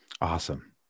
Awesome